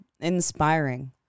inspiring